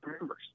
members